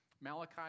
Malachi